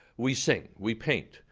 we sing, we paint,